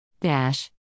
dash